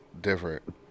different